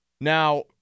Now